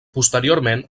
posteriorment